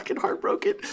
heartbroken